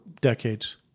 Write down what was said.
decades